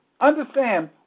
understand